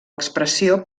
expressió